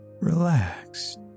relaxed